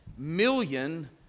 million